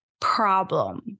problem